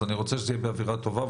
אז אני רוצה שזה יהיה באווירה טובה,